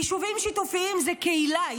יישובים שיתופיים זה קהילה,